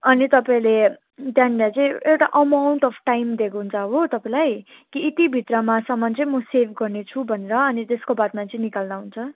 अनि तपाईँले त्यहाँनिर चाहिँ एउटा अमाउन्ट अफ टाइम दिएको हुन्छ हो तपाईँलाई कि यतिभित्रमा सम्म चाहिँ म सेभ गर्नेछु भनेर अनि त्यसको बादमा चाहिँ निकाल्दा हुन्छ